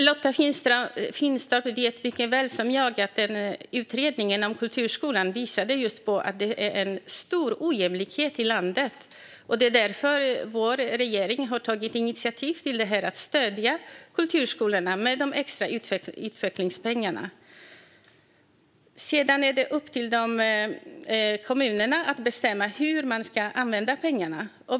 Fru talman! Lotta Finstorp vet lika väl som jag att utredningen om kulturskolan visade på stor ojämlikhet i landet. Det är därför vår regering har tagit initiativ till att stödja kulturskolorna med de extra utvecklingspengarna. Sedan är det upp till kommunerna att bestämma hur de ska använda pengarna.